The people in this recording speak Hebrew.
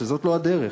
שזאת לא הדרך?